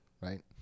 right